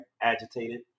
agitated